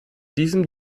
diesem